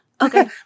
Okay